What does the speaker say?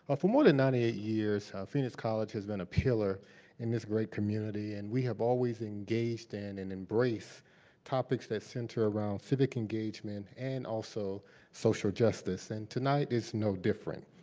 ah for more than ninety eight years phoenix college has been a pilar in this great community. and we have always engaged in and embraced topics that center around civil engagement and also social justice. and tonight no different,